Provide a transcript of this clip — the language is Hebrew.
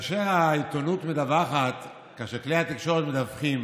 כאשר העיתונות מדווחת, כאשר כלי התקשורת מדווחים